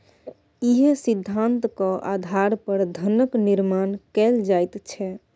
इएह सिद्धान्तक आधार पर धनक निर्माण कैल जाइत छै